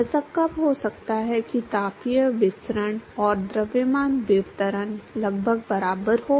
ऐसा कब हो सकता है कि तापीय विसरण और द्रव्यमान विवर्तन लगभग बराबर हो